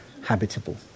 habitable